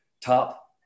top